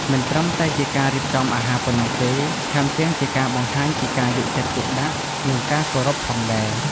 មិនត្រឹមតែជាការរៀបចំអាហារប៉ុណ្ណោះទេ ថែមទាំងជាការបង្ហាញពីការយកចិត្តទុកដាក់ និងការគោរពផងដែរ។